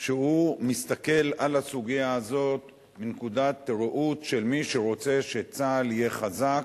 שהוא מסתכל על הסוגיה הזאת מנקודת ראות של מי שרוצה שצה"ל יהיה חזק,